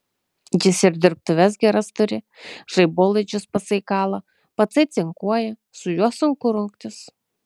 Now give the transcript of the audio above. jis ir dirbtuves geras turi žaibolaidžius patsai kala patsai cinkuoja su juo sunku rungtis